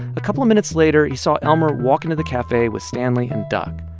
a couple of minutes later, he saw elmer walk into the cafe with stanley and duck.